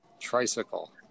Tricycle